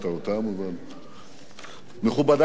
אבל מכובדי כולם.